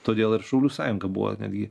todėl ir šaulių sąjunga buvo netgi